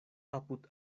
apud